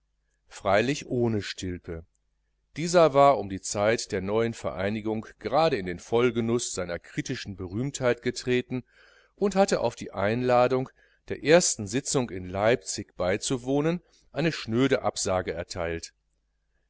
freilich ohne stilpe dieser war um die zeit der neuen vereinigung gerade in den vollgenuß seiner kritischen berühmtheit getreten und hatte auf die einladung der ersten sitzung in leipzig beizuwohnen eine schnöde absage erteilt